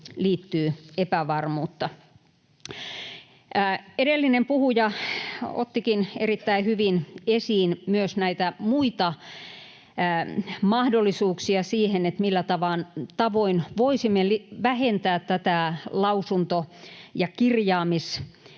liittyy epävarmuutta. Edellinen puhuja ottikin erittäin hyvin esiin myös näitä muita mahdollisuuksia siihen, millä tavoin voisimme vähentää tätä lausunto- ja kirjaamistyöpainetta